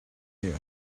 year